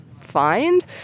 find